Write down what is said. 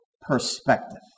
perspective